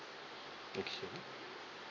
okay